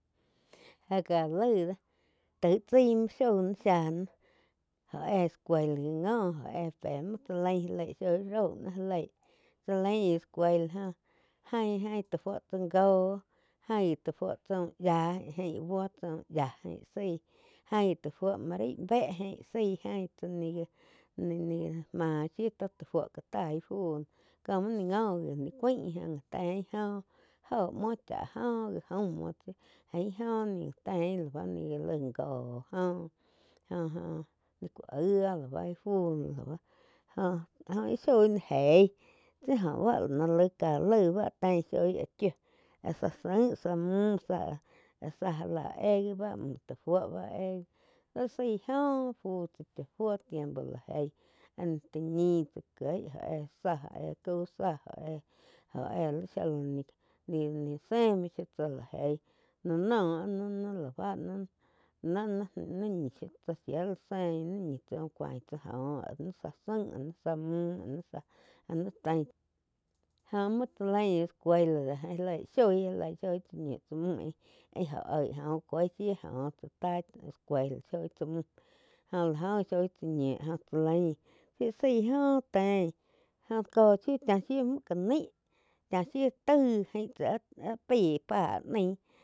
Jé ká laíg do taig chái muo shoi náh shaí náh óh éh escuela já ngo óh éh pe muo tsá lain já lei shoí roi náh já léi tsá lain escuela jóh jain, jain tá fuo tsá jo, ján gi tá fuo tsá úh yía aig buo chá úh yía zái ain gi ta fuo maraí bé jaín zái tsá ni-ni máh shiu tó tá fuo ká tá íh fu noh jóh muo nih ngo wi ni cuáin jóh gá tein joh joh muo chá joh já jaum muo tsi ain óh ga tein li bá ni gá laig góh joh, joh-joh ku aig óh lá bá ih fu loh. Jóh ih shoi íh ni jei tsi óh bá la noh laig ká laig báh tein shoi áh chíu áh zá zain zá muh, zá já lá éh gi bá mú tá fuo bá éh laig zái joh fu cháa cha fuó tiempo. La eig áh ni ta ñih tsáh kieg óh éh záh óh éh cáu záh óh éh zhía láh ni sein tsá la jeih lá no ni-ni báh na-na ñi tsá shía la sein ñi tsá uh cúain tsá jóh joh ni zá zain íh ni záh mu íh ni záh áh ni tein joh muo tsá lain escuela ja´lei shoí já leih shoi tsá ñiu tsá mú óh jo eig jó cuoí shiu jóh tsá tai escuela shoi tsá mú jo la oh gi shoi tsá ñiu jóh chá lain zái joh tein jóh có shiu chá shiu múh ca nai chá shiu taij ein tsá áh-há pai páh nain.